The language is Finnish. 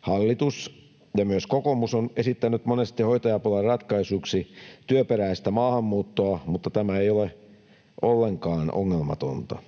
Hallitus ja myös kokoomus ovat esittäneet monesti hoitajapulan ratkaisuksi työperäistä maahanmuuttoa, mutta tämä ei ole ollenkaan ongelmatonta.